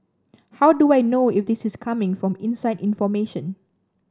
how do I know if this is coming from inside information